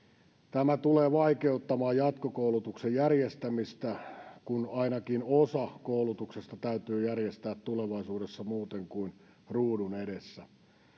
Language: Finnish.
tämä tulee vaikeuttamaan jatkokoulutuksen järjestämistä kun ainakin osa koulutuksesta täytyy järjestää tulevaisuudessa muuten kuin ruudun edessä